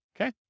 Okay